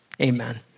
Amen